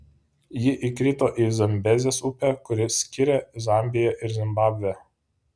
ji įkrito į zambezės upę kuri skiria zambiją ir zimbabvę